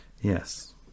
yes